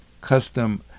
custom